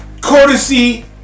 courtesy